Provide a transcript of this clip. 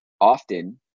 often